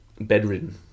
bedridden